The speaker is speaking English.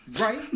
Right